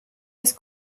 des